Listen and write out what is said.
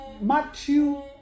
Matthew